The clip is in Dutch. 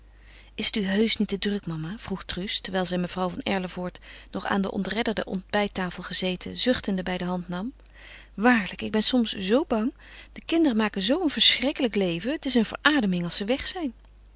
is het u heusch niet te druk mama vroeg truus terwijl zij mevrouw van erlevoort nog aan de ontredderde ontbijttafel gezeten zuchtende bij de hand nam waarlijk ik ben soms zoo bang de kinderen maken zoo een verschrikkelijk leven het is een verademing als ze weg zijn